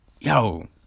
Yo